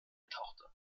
tochter